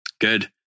Good